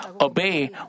obey